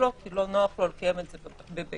כי לא נוח לו לקיים את זה בביתו,